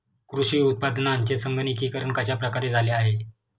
कृषी उत्पादनांचे संगणकीकरण कश्या प्रकारे झाले आहे?